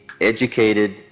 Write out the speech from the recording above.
educated